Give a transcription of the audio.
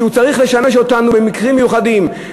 שצריך לשמש אותנו במקרים מיוחדים,